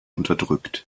unterdrückt